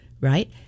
right